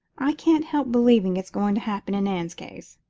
i can't help believing it's going to happen in anne's case,